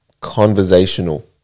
conversational